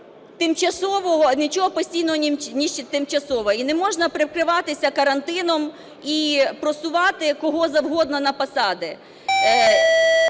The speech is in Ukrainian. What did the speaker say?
нічого постійного ніж тимчасове. І не можна прикриватися карантином і просувати кого завгодно на посади.